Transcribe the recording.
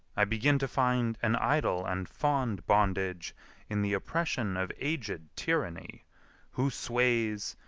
i begin to find an idle and fond bondage in the oppression of aged tyranny who sways,